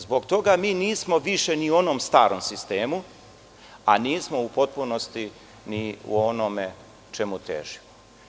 Zbog toga mi nismo više ni u onom starom sistemu, a nismo u potpunosti ni u onome čemu težimo.